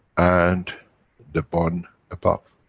and the one above.